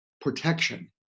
protection